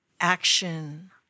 action